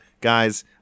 guys